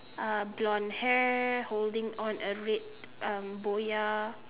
uh blonde hair holding on a red um boya